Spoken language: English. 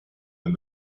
and